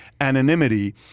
anonymity